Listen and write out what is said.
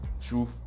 truth